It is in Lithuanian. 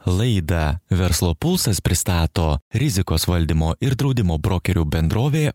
laidą verslo pulsas pristato rizikos valdymo ir draudimo brokerių bendrovė